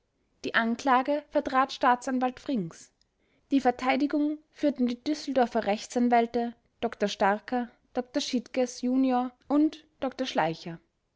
die anklage vertrat staatsanwalt frings die verteidigung führten die düsseldorfer rechtsanwälte dr starker dr schiedges jun und dr schleicher